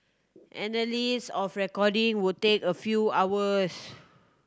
analysis of recording would take a few hours